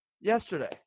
yesterday